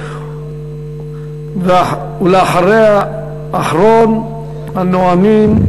ולאחריה אחרון הנואמים,